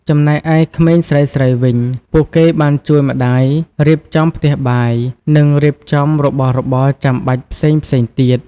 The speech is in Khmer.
ចំណែកឯក្មេងស្រីៗវិញ ពួកគេបានជួយម្តាយរៀបចំផ្ទះបាយ និងរៀបចំរបស់របរចាំបាច់ផ្សេងៗទៀត។